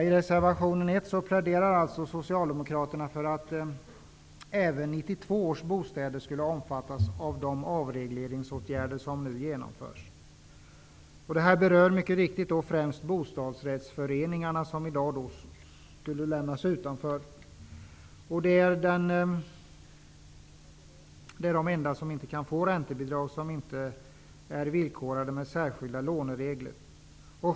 I reservation 1 pläderar alltså Socialdemokraterna för att även 1992 års bostäder skall omfattas av de avregleringsåtgärder som genomförs. Det berör mycket riktigt främst de bostadsrättsföreningar som lämnas utanför i dag. Dessa bostadsrättsföreningar är de enda som inte kan få räntebidrag som är villkorade med särskilda låneregler.